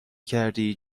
کردی